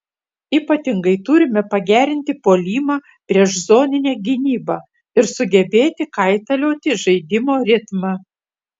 ypatingai turime pagerinti puolimą prieš zoninę gynybą ir sugebėti kaitalioti žaidimo ritmą